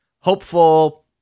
hopeful